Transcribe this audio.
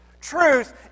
truth